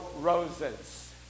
roses